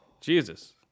Jesus